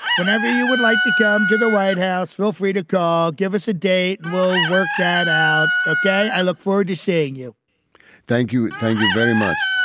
whenever you would like to come to the white house, feel free to call. give us a day. we'll work that out. okay. i look forward to seeing you thank you. thank you very much.